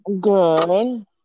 good